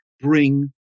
bring